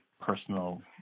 personal